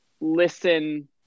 listen